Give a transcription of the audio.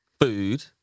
food